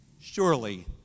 surely